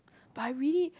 but I really